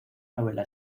novela